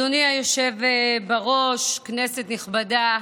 אדוני היושב-בראש, כנסת נכבדה,